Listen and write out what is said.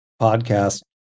podcast